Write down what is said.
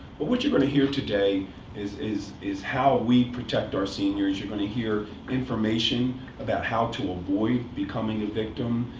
but what you're going to hear today is is how we protect our seniors. you're going to hear information about how to avoid becoming a victim.